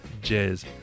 Jazz